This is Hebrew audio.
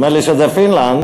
נדמה לי שזה פינלנד,